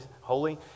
holy